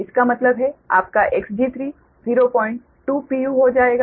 इसका मतलब है आपका Xg3 020 pu हो जाएगा